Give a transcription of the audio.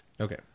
Okay